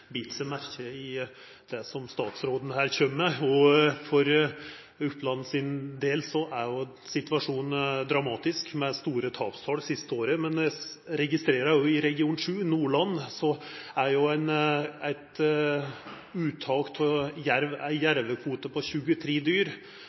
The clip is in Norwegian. merke i det som statsråden her kjem med. For Oppland sin del er situasjonen dramatisk, med store tapstal det siste året. Men eg registrerer òg at det i region 7, Nordland, kor ein har ein jervekvote på 23 dyr, berre er